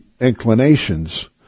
inclinations